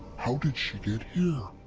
how did she get here?